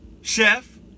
Chef